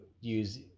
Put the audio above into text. use